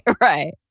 right